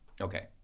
Okay